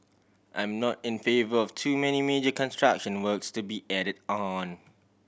I'm not in favour of too many major construction works to be added on